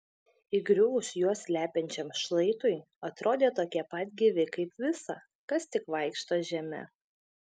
įgriuvus juos slepiančiam šlaitui atrodė tokie pat gyvi kaip visa kas tik vaikšto žeme